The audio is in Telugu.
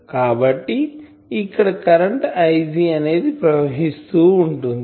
కాబట్టి ఇక్కడ కరెంటు Ig అనేది ప్రవహిస్తూ ఉంటుంది